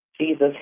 Jesus